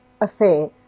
affair